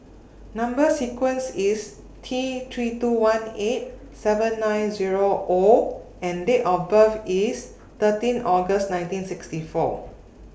Number sequence IS T three two one eight seven nine Zero O and Date of birth IS thirteen August nineteen sixty four